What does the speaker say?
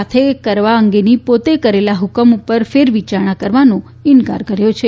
સાથે કરવા અંગેના પોતે કરેલા હુકમ ઉપર ફેરવિચાર કરવા ઇન્કાર કર્યો છે